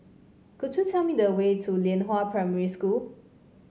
could you tell me the way to Lianhua Primary School